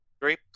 three